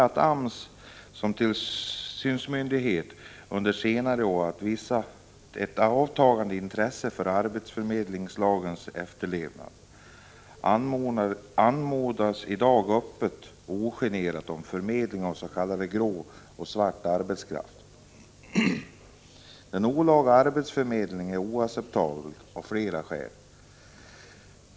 AMS har som tillsynsmyndighet under senare år visat ett avtagande intresse för att arbetsförmedlingslagen efterlevs, och det annonserasi dag öppet och ogenerat om förmedling avs.k. grå eller svart arbetskraft. Den olaga arbetsförmedlingen är oacceptabel av flera skäl.